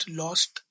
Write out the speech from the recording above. lost